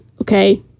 Okay